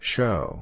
Show